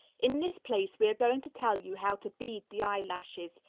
in this place we are going to tell you how to bead the eyelashes,